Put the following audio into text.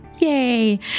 Yay